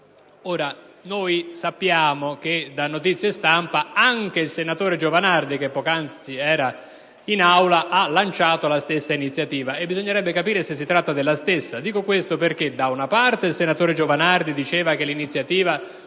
mesi. Sappiamo da notizie stampa che anche il senatore Giovanardi, che poc'anzi era in Aula, ha lanciato la stessa iniziativa e bisognerebbe capire se si tratta della stessa. Da una parte, infatti, il senatore Giovanardi ha detto che l'iniziativa